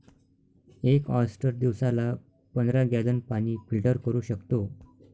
एक ऑयस्टर दिवसाला पंधरा गॅलन पाणी फिल्टर करू शकतो